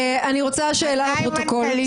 אני רוצה שאלה לפרוטוקול.